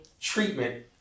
treatment